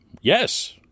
Yes